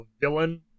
villain